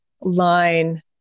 line